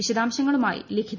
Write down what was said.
വിശദാംശങ്ങളുമായി ലിഖിത